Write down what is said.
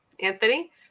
Anthony